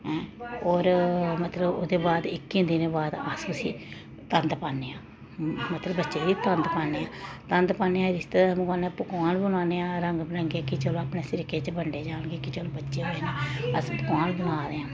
ऐं होर मतलब ओह्दे बाद इक्कियें दिनें बाद अस उसी तंद पान्ने आं मतलब बच्चे गी तंद पान्ने आं तंंद पान्ने आं रिश्तेदार मकवाने पकोआन बनाने आं रंग बंरगे कि चलो अपने सरीकें च बंडे जान कि चलो बच्चे होए न अस पकोआन बना दे आं